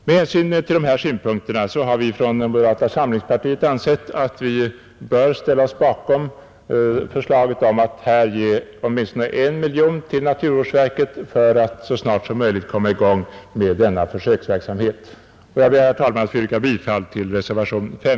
Med hänsyn till dessa synpunkter har vi från moderata samlingspartiet ansett att vi bör ställa oss bakom förslaget om att här ge åtminstone 1 miljon kronor till naturvårdsverket för att så snart som möjligt sätta i gång med en försöksverksamhet. Jag ber, herr talman, att få yrka bifall till reservationen 5.